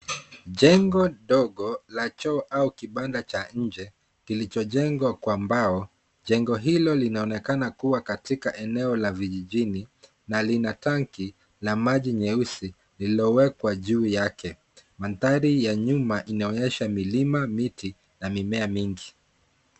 Jengo dogo la choo au kibanda cha nje kilichojengwa kwa mbao. Jengo hilo linaonekana kuwa katika eneo la vijijini na lina tanki la maji nyeusi lililowekwa juu yake. Maandhari ya nyuma inaonyesha milima, miti na mimea mingi.